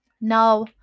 Now